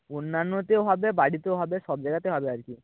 অন্যান্যতেও হবে বাড়িতেও হবে সব জায়গাতে হবে আর কি